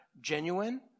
genuine